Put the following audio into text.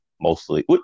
mostly